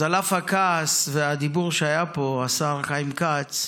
אז על אף הכעס והדיבור שהיה פה, השר חיים כץ,